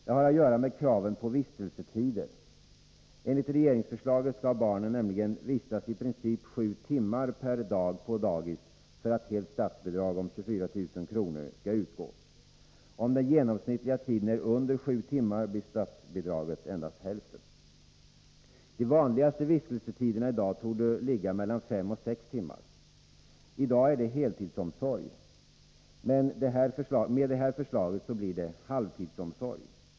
Det har att göra med kraven på vistelsetider. Enligt regeringsförslaget skall barnen nämligen vistas i princip sju timmar per dag på dagis för att helt statsbidrag om 24 000 kr. skall utgå. Om den genomsnittliga tiden är under sju timmar blir statsbidraget endast hälften. De vanligaste vistelsetiderna i dag torde ligga mellan fem och sex timmar. I dag är det heltidsomsorg. Men med det här förslaget blir det halvtidsomsorg!